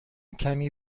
کمی